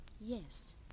Yes